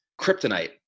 kryptonite